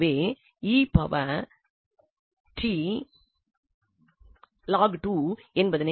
எனவே என்பதனை என்று எழுத முடியும்